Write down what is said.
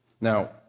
Now